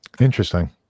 interesting